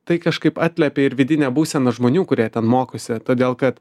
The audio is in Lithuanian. tai kažkaip atliepia ir vidinę būseną žmonių kurie ten mokosi todėl kad